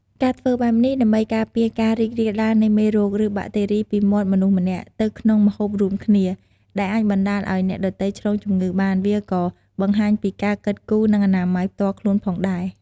ការធ្វើបែបនេះដើម្បីការពារការរីករាលដាលនៃមេរោគ ឬបាក់តេរីពីមាត់មនុស្សម្នាក់ទៅក្នុងម្ហូបរួមគ្នា ដែលអាចបណ្តាលឲ្យអ្នកដទៃឆ្លងជំងឺបាន វាក៏បង្ហាញពីការគិតគូរនិងអនាម័យផ្ទាល់ខ្លួនផងដែរ។